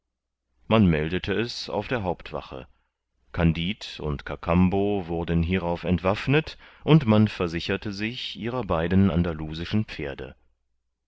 man meldete es auf der hauptwache kandid und kakambo wurden hierauf entwaffnet und man versicherte sich ihrer beiden andalusischen pferde